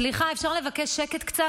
סליחה, אפשר לבקש קצת שקט?